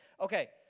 okay